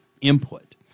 input